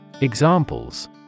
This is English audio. Examples